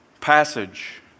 passage